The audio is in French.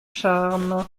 charmes